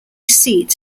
seat